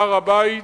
בהר-הבית.